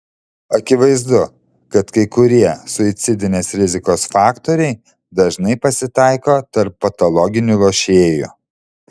akivaizdu kad kai kurie suicidinės rizikos faktoriai dažnai pasitaiko tarp patologinių lošėjų